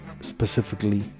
specifically